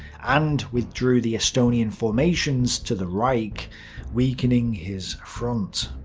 and withdrew the estonian formations to the reich weakening his front.